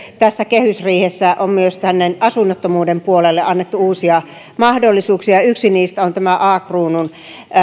tässä kehysriihessä on myös asunnottomuuden puolelle annettu uusia mahdollisuuksia ja yksi niistä on tämä a kruunun